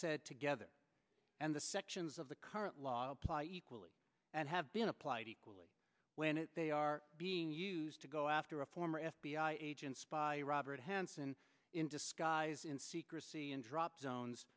said together and the sections of the current law apply equally and have been applied equally when it they are being used to go after a former f b i agent spy robert hanssen in disguise in secrecy and drop zones